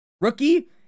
rookie